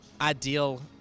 ideal